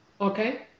Okay